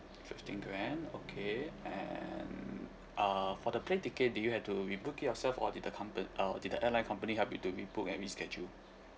fifteen grand okay and uh for the plane ticket do you have to rebook it yourself or did the compa~ uh did the airline company help you to rebook and reschedule